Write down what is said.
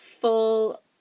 full